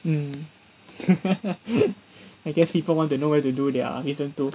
mm I guess people want to know where to do their wisdom tooth